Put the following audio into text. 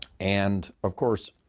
and, of course,